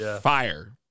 Fire